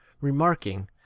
remarking